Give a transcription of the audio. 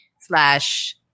slash